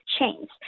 change